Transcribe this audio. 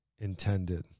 intended